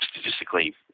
statistically